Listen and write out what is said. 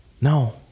No